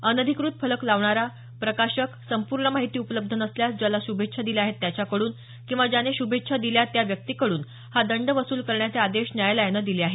अनधिकृत फलक लावणारा प्रकाशक संपूर्ण माहिती उपलब्ध नसल्यास ज्याला श्भेच्छा दिल्या आहेत त्याच्याकडून किंवा ज्याने श्भेच्छा दिल्या त्या व्यक्तीकडून हा दंड वसूल करण्याचे आदेश न्यायालयानं दिले आहेत